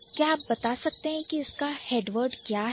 क्या आप बता सकते हैं कि इसका हेडवर्ड क्या है